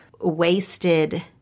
wasted